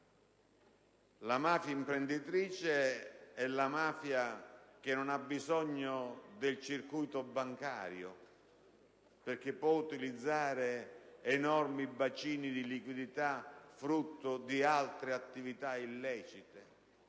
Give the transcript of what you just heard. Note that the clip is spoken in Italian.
La mafia imprenditrice è la mafia che non ha bisogno del circuito bancario, perché può utilizzare enormi bacini di liquidità frutto di altre attività illecite.